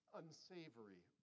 unsavory